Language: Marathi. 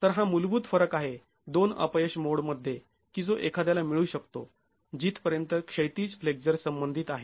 तर हा मूलभूत फरक आहे दोन अपयश मोडमध्ये की जो एखाद्याला मिळू शकतो जिथपर्यंत क्षैतिज फ्लेक्झर संबंधित आहे